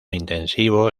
intensivo